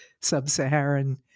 sub-Saharan